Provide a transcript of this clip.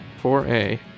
4A